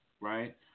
right